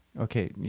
okay